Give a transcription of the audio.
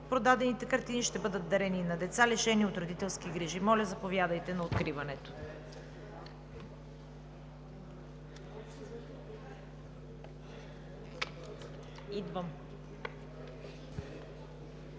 продадените картини ще бъдат дарени на деца, лишени от родителски грижи. Моля, заповядайте на откриването. (След